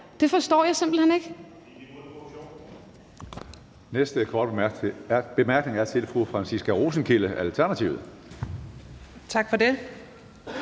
Det forstår jeg simpelt hen ikke.